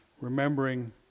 Remembering